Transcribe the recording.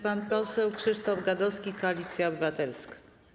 Pan poseł Krzysztof Gadowski, Koalicja Obywatelska.